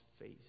face